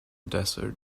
desert